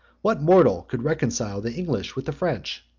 what mortal could reconcile the english with the french,